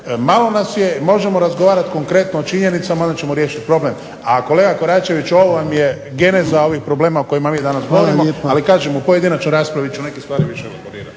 malo nas, možemo razgovarati konkretno o činjenicama i onda ćemo riješiti problem. A kolega Koračević ovo vam je geneza ovih problema o kojima mi govorimo, ali kažem u pojedinačnoj raspravi ću neke stvari više elaborirat.